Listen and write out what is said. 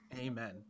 Amen